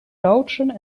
loodsen